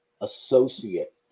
Associate